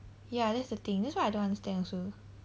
ya that's the thing that is why I don't understand also